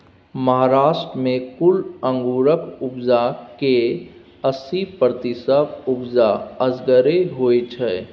महाराष्ट्र मे कुल अंगुरक उपजा केर अस्सी प्रतिशत उपजा असगरे होइ छै